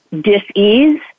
dis-ease